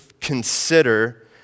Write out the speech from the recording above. consider